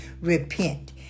repent